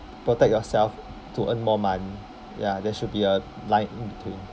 protect yourself to earn more money ya there should be a line in between